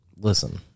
Listen